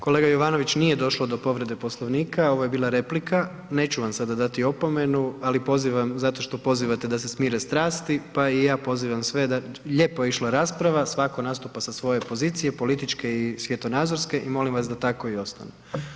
Kolega Jovanović, nije došlo do povrede Poslovnika, ovo je bila replika, neću vam sada dati opomenu ali pozivam zato što pozivate da se smire strasti pa i ja pozivam sve da, lijepo je išla rasprava, svatko nastupa sa svoje pozicije, političke i svjetonazorske i molim vas da tako i ostane.